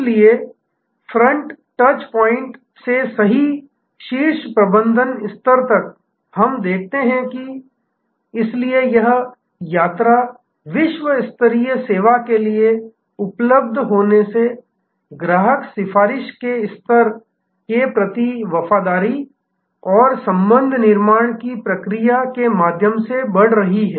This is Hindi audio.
इसलिए फ्रंट टच पॉइंट से सही शीर्ष प्रबंधन स्तर तक हम देखते हैं इसलिए यह यात्रा विश्व स्तरीय सेवा के लिए उपलब्ध होने से ग्राहक सिफारिश के स्तर के प्रति वफादारी और संबंध निर्माण की प्रक्रिया के माध्यम से बढ़ रही है